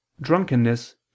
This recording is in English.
drunkenness